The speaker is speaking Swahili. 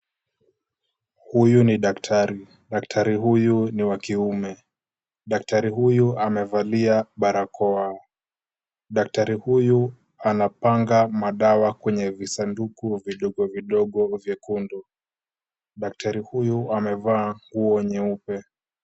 Huyu ni daktari, daktari huyu ni wa kiume, daktari huyu amevalia barakoa, daktari huyu anapanga madawa kwenye visanduku vidogo vidogo vyekundu, daktari huyu amevaa nguo nyeupe.